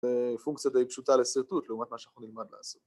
‫פונקציית היא פשוטה לשרטוט, ‫לעומת מה שאנחנו נלמד לעשות.